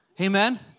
Amen